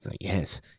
Yes